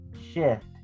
shift